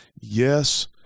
Yes